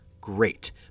great